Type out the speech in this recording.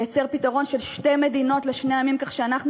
לייצר פתרון של שתי מדינות לשני עמים כך שאנחנו